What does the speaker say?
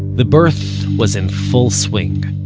the birth was in full swing